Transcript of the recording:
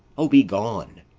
o, be gone!